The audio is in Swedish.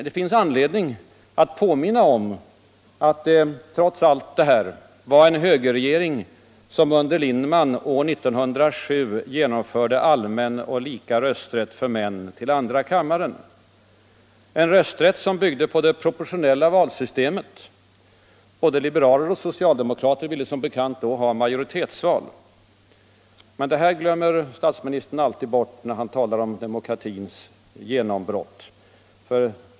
Det finns anledning att påminna om att det trots allt var en högerregering som under Lindman 1907 genomförde allmän och lika rösträtt för män till andra kammaren, en rösträtt som byggde på det proportionella valsystemet. Både liberaler och socialdemokrater ville som bekant då ha majoritetsval. Men det här glömmer statsministern alltid bort när han talar om demokratins genombrott.